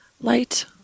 light